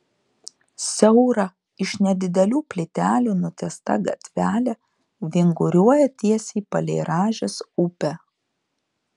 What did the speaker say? siaura iš nedidelių plytelių nutiesta gatvelė vinguriuoja tiesiai palei rąžės upę